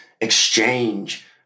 exchange